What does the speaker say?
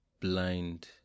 blind